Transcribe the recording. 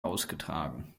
ausgetragen